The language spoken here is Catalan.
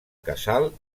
casal